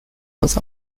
was